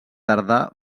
tardà